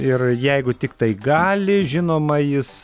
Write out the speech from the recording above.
ir jeigu tiktai gali žinoma jis